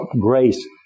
grace